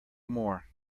more